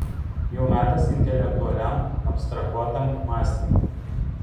jau metas intelektualiam abstrahuotam mąstymui